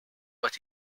but